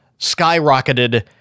skyrocketed